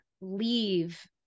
leave